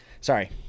Sorry